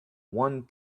one